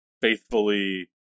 faithfully